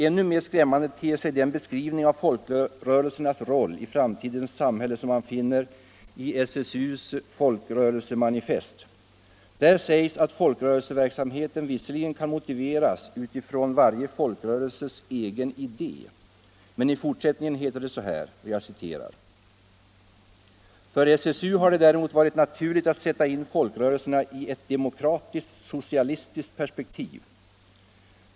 Ännu mer skrämmande ter sig den beskrivning av folkrörelsernas roll i framtidens samhälle som man finner i SSU:s folkrörelsemanifest. Där sägs att folkrörelseverksamheten visserligen kan motiveras utifrån varje folkrörelses egen idé. Men i fortsätningen heter det: ”För SSU har det däremot varit naturligt att sätta in folkrörelserna i ett demokratiskt socialistiskt perspektiv.